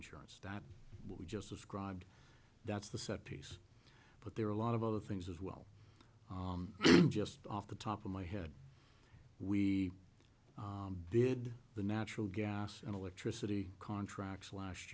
insurance that we just described that's the set piece but there are a lot of other things as well just off the top of my head we did the natural gas and electricity contracts last